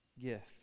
gift